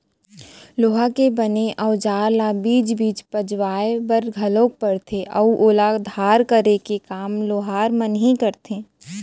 लोहा के बने अउजार ल बीच बीच पजवाय बर घलोक परथे अउ ओला धार करे के काम लोहार मन ही करथे